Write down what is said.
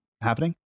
happening